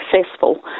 successful